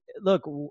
look